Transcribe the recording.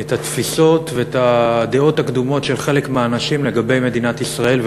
את התפיסות ואת הדעות הקדומות של חלק מהאנשים לגבי מדינת ישראל.